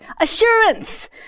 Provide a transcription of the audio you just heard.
assurance